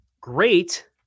great